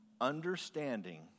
understanding